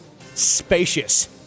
Spacious